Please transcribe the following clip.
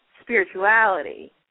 spirituality